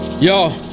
Yo